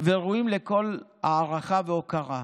וראויים לכל הערכה והוקרה.